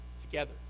together